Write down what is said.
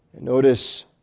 Notice